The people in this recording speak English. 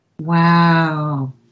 Wow